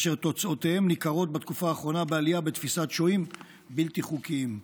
אשר תוצאותיהם ניכרות בתקופה האחרונה בתפיסת שוהים בלתי חוקיים.